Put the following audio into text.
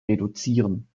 reduzieren